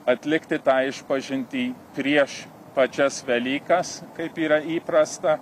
atlikti tą išpažintį prieš pačias velykas kaip yra įprasta